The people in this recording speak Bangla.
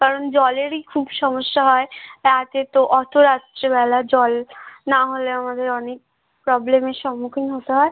কারণ জলেরই খুব সমস্যা হয় রাতে তো অতো রাত্রেবেলা জল না হলে আমাদের অনেক প্রবলেমের সম্মুখীন হতে হয়